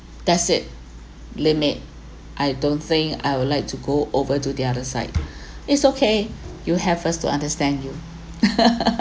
that's it limit I don't think I would like to go over to the other side is okay you have first to understand you